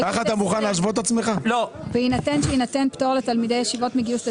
הסתייגות 20. "בהינתן שיינתן פטור לתלמידי ישיבות מגיוס לצה"ל,